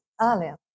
earlier